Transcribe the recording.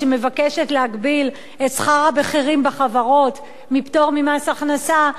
שמבקשת להגביל את שכר הבכירים בחברות מפטור ממס הכנסה,